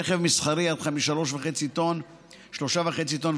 רכב מסחרי עד 3.5 טון ואופנוע.